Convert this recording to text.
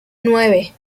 nueve